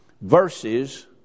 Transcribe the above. verses